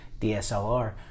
DSLR